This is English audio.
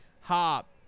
hop